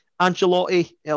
Angelotti